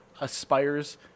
aspires